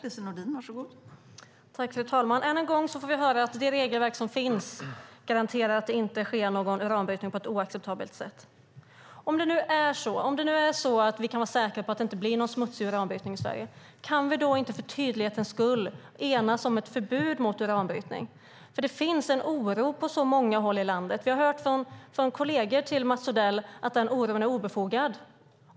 Fru talman! Än en gång får vi höra att det regelverk som finns garanterar att det inte sker någon uranbrytning på ett oacceptabelt sätt. Om vi kan vara säkra på att det inte blir någon smutsig hantering, kan vi då inte för tydlighetens skull enas om ett förbud mot uranbrytning? Det finns en oro på många håll i landet. Vi har hört från kolleger till Mats Odell att den oron är obefogad.